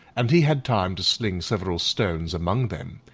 and he had time to sling several stones among them,